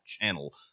channel